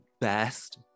best